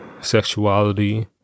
sexuality